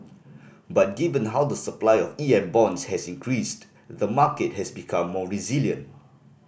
but given how the supply of EM bonds has increased the market has become more resilient